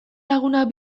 lagunak